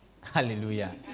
Hallelujah